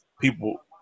people